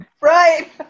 Right